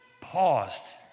paused